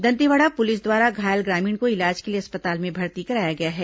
Dantewada police द्वारा घायल ग्रामीण को इलाज के लिए अस्पताल में भर्ती कराया गया है